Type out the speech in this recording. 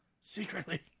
Secretly